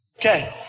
Okay